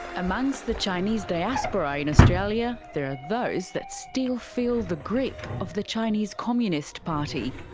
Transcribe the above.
amongst the chinese diaspora in australia, there are those that still feel the grip of the chinese communist party.